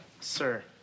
Sir